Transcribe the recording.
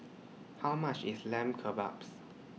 How much IS Lamb Kebabs